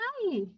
Hi